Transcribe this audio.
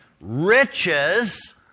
riches